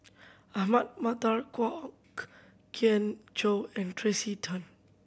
Ahmad Mattar Kwok Kian Chow and Tracey Tan